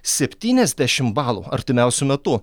septyniasdešimt balų artimiausiu metu